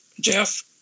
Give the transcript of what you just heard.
Jeff